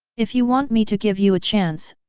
if you want me to give you a chance,